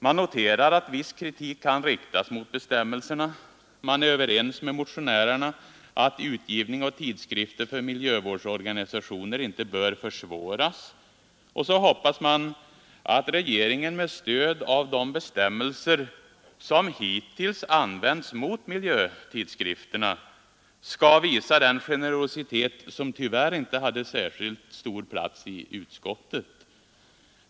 Man noterar att viss kritik kan riktas mot bestämmelserna, man är överens med motionärerna om att utgivning av tidskrifter för miljövårdsorganisationer inte bör försvåras, och så hoppas man att regeringen med stöd av de bestämmelser som hittills använts mot miljötidskrifterna skall visa den generositet som tyvärr inte haft särskilt stor plats i utskottet.